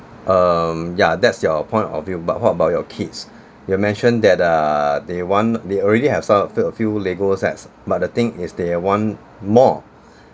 um yeah that's your point of view but what about your kids you mentioned that err they want they already have some a few lego sets but the thing is they want more